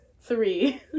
three